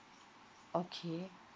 okay